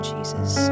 Jesus